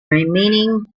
remaining